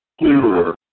clearer